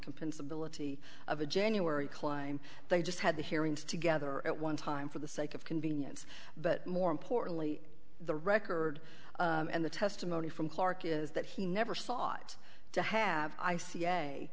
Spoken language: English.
complaints ability of a january climb they just had the hearings together at one time for the sake of convenience but more importantly the record and the testimony from clarke is that he never sought to have i ca